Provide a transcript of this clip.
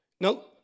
No